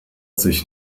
sich